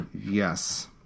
Yes